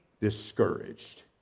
discouraged